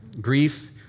grief